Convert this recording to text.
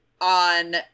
on